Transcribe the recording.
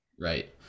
Right